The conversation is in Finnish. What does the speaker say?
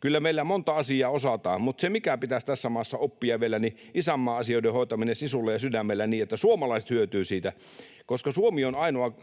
Kyllä meillä monta asiaa osataan, mutta se, mikä pitäisi tässä maassa oppia vielä, on isänmaan asioiden hoitaminen sisulla ja sydämellä niin, että suomalaiset hyötyvät siitä, koska Suomi on ainoa